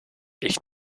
ich